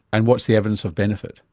and what's the evidence of benefit?